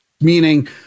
meaning